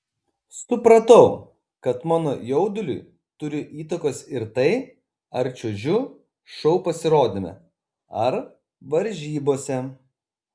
supratau kad mano jauduliui turi įtakos ir tai ar čiuožiu šou pasirodyme ar varžybose